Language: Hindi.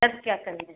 तब क्या करने आए हैं